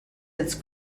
its